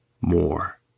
more